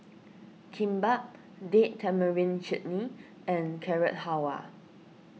Kimbap Date Tamarind Chutney and Carrot Halwa